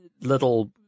little